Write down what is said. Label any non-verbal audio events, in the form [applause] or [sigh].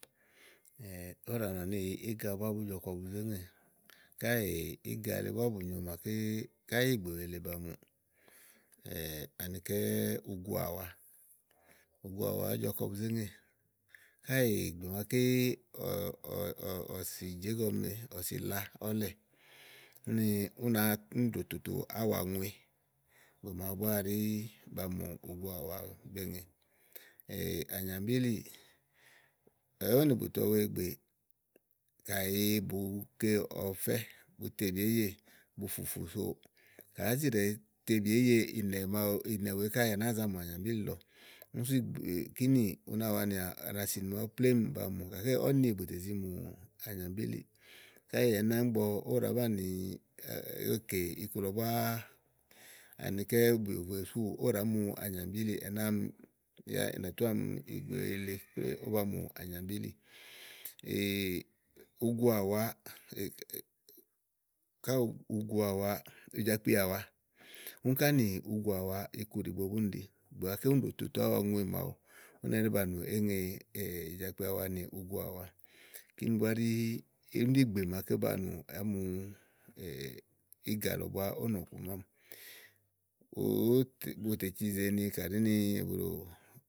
[hesitation] ówò ɖàa nɔ ni íga búá bùú jɔ kɔ bu zé ŋè, káèè íga le búá bù nyo, káyi ìgbè wèe lèe ba mùà anikɛ́ uguàwa, uguàwa àá jɔ kɔ bu zé ŋè káèè ìgbè màaké ɔ̀ ɔ̀ ɔ̀ ɔ̀ ɔ̀sì jèégɔme, ɔ̀sì làa ɔlɛ úni ú nàáa úni ɖòo toto áwaŋue, ìgbè màawu búá ɛɖí ba mù uguàwa eŋe [hesitation] ànyàmbílì ówò nì bùtɔgbe ìgbè kàyi bùú ke ɔfɛ́, butebì èyè bu fùfùso, ka àá zi ɖèe te bì éyè ìnɛ̀ màa ínɛ̀ wèe káèè à nàáa za mù ànyàmbílì lɔ. úní súù ìgb kínì u nawanìà nàsìnì màawu plémúù ba mù gàké ɔ̀nì bù tè zi mù ànyàm bílìì káèè ɛnɛ́ àámi ígbɔ ówò ɖàá banìi [hesitation] ekè iku lɔ búá anikɛ́ bùyòvoè súù ówò ɖàá mu ànyàmbílì ɛnɛ́ àámi. Yá ì nà túà ɔmi ìgbè wèe lèe klóé, ówó ba mù ànyàmbílì. [hesitation] uguàwa [hesitation] ká uguàwa. ùjakpiàwa, úni ká nì uguàwa ikuɖìigbo búni ɖi. ìgbè màaké úni ɖòo toto áwaŋue màawu úni ɛɖí ba nù é ŋe ùjakpi àwa nì uguàwa. kíni búá ɖí úni ɖí ìgbè màaké ba nù ámu iga lɔ búá ówò nɔ̀ku mámi ùú bùtè cizèe ni kàá do ɛ̀buɖòò.